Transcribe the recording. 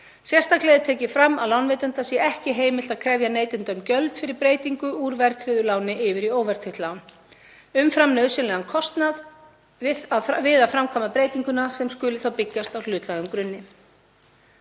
Sérstaklega er tekið fram að lánveitanda sé ekki heimilt að krefja neytendur um gjöld fyrir breytingu úr verðtryggðu láni yfir í óverðtryggt lán, umfram nauðsynlegan kostnað við að framkvæma breytinguna sem skulu byggjast á hlutlægum grunni.